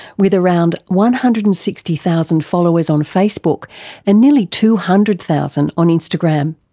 with around one hundred and sixty thousand followers on facebook and nearly two hundred thousand on instagram.